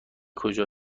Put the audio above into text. کجا